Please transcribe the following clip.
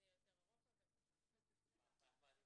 אני